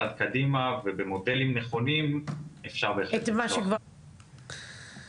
קדימה ובמודלים נכונים אפשר בהחלט ל --- את מה שכבר עבדתם